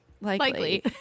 likely